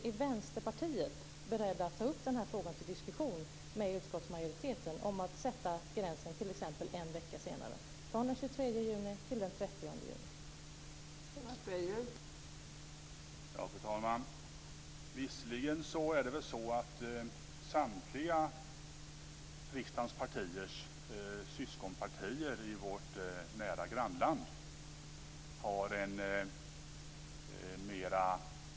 Är Vänsterpartiet berett att ta upp frågan om att sätta gränsen t.ex. en vecka senare - från den 23 juni till den 30 juni - till diskussion med utskottsmajoriteten?